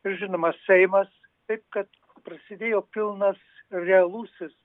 žinoma seimas taip kad prasidėjo pilnas realusis